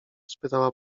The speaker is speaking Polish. spytała